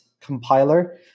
compiler